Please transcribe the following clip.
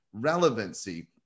Relevancy